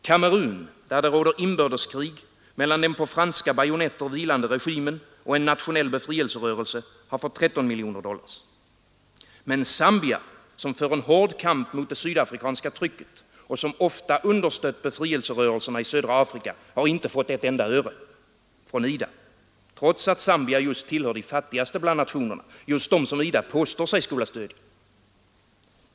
Kamerun, där det råder inbördeskrig mellan den på franska bajonetter vilande regimen och en nationell befrielserörelse, har fått 13 miljoner dollar. Men Zambia, som för en hård kamp mot det sydafrikanska trycket och som ofta understött befrielserörelserna i södra Afrika, har inte fått ett enda öre från IDA — trots att Zambia just tillhör de fattigaste bland nationerna, just dem som IDA påstår sig skola stödja.